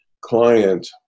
client